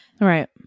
Right